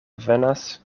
venas